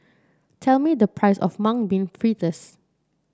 tell me the price of Mung Bean Fritters